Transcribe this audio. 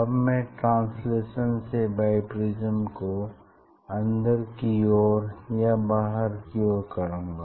अब मैं ट्रांसलेशन से बाइप्रिज्म को अंदर की ओर या बाहर की ओर करूँगा